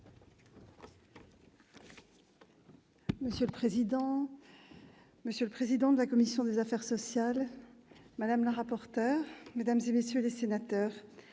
Monsieur le président, monsieur le président de la commission des affaires sociales, madame la rapporteur, mesdames, messieurs les sénateurs,